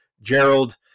Gerald